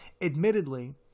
admittedly